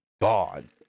God